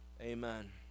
Amen